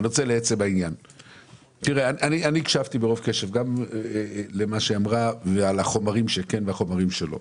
אני הקשבתי ברוב קשב על החומרים שכן והחומרים שלא.